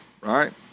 right